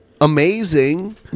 amazing